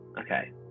Okay